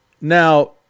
Now